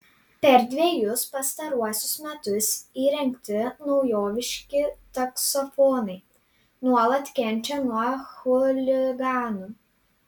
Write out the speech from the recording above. per dvejus pastaruosius metus įrengti naujoviški taksofonai nuolat kenčia nuo chuliganų